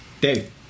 Dave